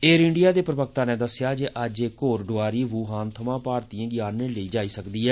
air India दे प्रवक्ता नै दस्सेया जे अज्ज इक होर डोआरी वू हान थमां भारतीयें गी आनने लेई जाई सकदी ऐ